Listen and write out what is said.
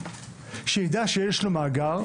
שיידע שיש לו מאגר,